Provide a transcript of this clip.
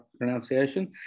pronunciation